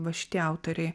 va šitie autoriai